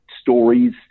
stories